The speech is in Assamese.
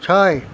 ছয়